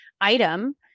item